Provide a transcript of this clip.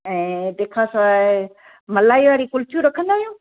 ऐं तंहिंखां सवाइ मलाईअ वारी कुल्फी रखंदा आहियो